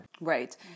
Right